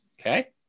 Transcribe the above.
Okay